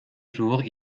jour